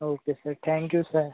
okay sir thank you sir